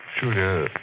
Julia